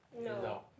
No